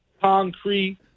concrete